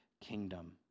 kingdom